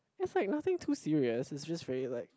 it's like nothing too serious it's just very like